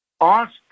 ask